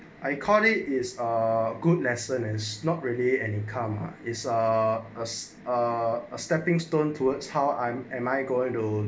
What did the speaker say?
I call it is a good lesson and not really an income is uh as a stepping stone towards how I'm am I going to